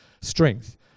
strength